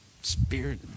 spirit